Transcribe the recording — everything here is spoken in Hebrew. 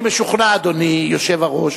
אני משוכנע, אדוני היושב-ראש,